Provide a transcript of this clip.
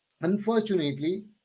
Unfortunately